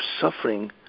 suffering